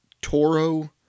Toro